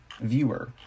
viewer